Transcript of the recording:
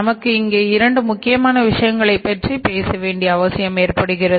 நமக்கு இங்கே இரண்டு முக்கியமான விஷயங்களைப் பற்றிப் பேச வேண்டிய அவசியம் ஏற்படுகிறது